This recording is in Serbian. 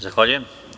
Zahvaljujem.